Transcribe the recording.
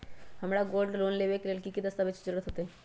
हमरा gold loan लेबे के लेल कि कि दस्ताबेज के जरूरत होयेत?